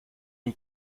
dem